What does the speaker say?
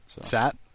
Sat